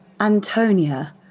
Antonia